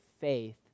faith